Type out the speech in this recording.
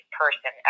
person